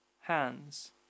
hands